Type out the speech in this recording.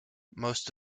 most